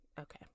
Okay